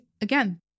again